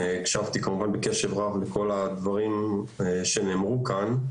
הקשבתי בקשב רב לכל הדברים שנאמרו כאן.